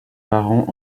parents